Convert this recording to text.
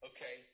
Okay